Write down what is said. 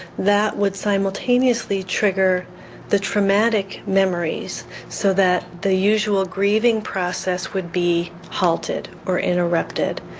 that would simultaneously trigger the traumatic memories so that the usual grieving process would be halted or interrupted.